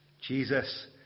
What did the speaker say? Jesus